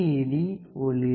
D ஒளிரும்